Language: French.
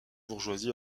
bourgeoisie